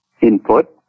input